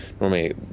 Normally